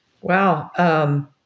Wow